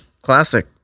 classic